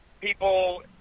people